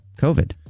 COVID